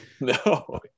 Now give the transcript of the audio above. no